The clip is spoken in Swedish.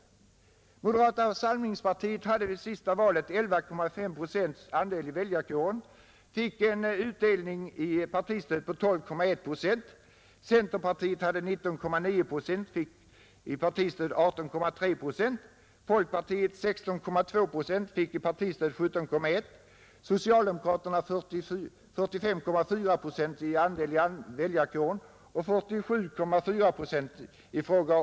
Moderata samlingspartiet hade sålunda vid det senaste valet 11,5 procents andel av väljarkåren och fick i partistöd en utdelning på 12,1 procent. Centerpartiet hade 19,9 procent av väljarkåren och fick 18,3 procent i partistöd. Folkpartiet hade 16,2 procent av väljarkåren och fick 17,1 procent i partistöd. Socialdemokraterna hade 45,4 procents andel av väljarkåren och fick 47,4 procent i partistöd.